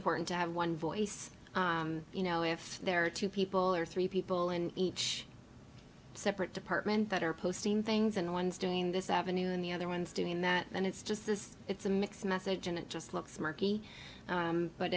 important to have one voice you know if there are two people or three people in each separate department that are posting things and ones doing this avenue and the other ones doing that and it's just this it's a mixed message and it just looks murky